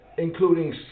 including